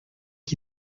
qui